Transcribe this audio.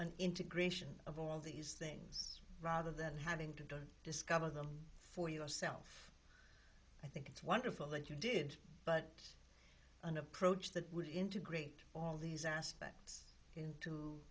an integration of all these things rather than having to don't discover them for yourself i think it's wonderful that you did but an approach that would integrate all these aspect